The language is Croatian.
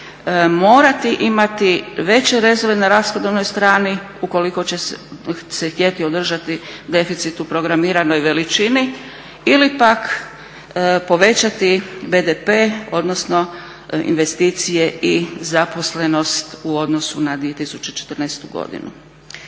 morati imati veće rezove na rashodovnoj strani ukoliko će se htjeti održati deficit u programiranoj veličini ili pak povećati BDP odnosno investicije i zaposlenost u odnosu na 2014. godinu.